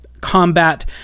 combat